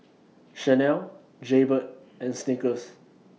Chanel Jaybird and Snickers